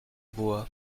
bois